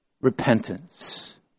repentance